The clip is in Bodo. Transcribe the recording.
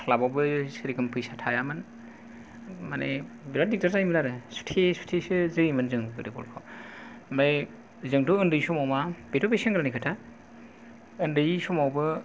क्लाब आवबो जेर'खम फैसा थायामोन माने बिराद दिग्दार जायोमोन आरो सुथेयै सुथेयैसो जोयोमोन जों गोदो बल खौ ओमफ्राय जोंथ' उन्दै समाव मा बेथ' बे सेंग्रानि खोथा उन्दै समावबो